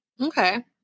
okay